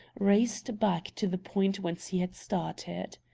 raced back to the point whence he had started.